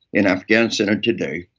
in afghanistan or today,